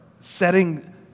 setting